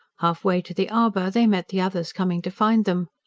halfway to the arbour, they met the others coming to find them.